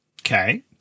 Okay